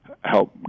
help